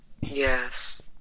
Yes